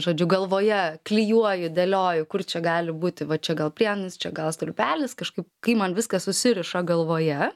žodžiu galvoje klijuoju dėlioju kur čia gali būti va čia gal priedainis čia gal stulpelis kažkaip kai man viskas susiriša galvoje